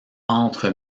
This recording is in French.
entre